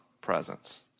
presence